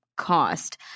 Cost